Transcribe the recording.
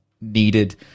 needed